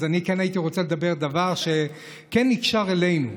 אז אני כן הייתי רוצה לדבר דבר שכן נקשר אלינו.